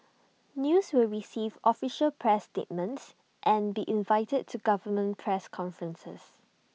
news will receive official press statements and be invited to government press conferences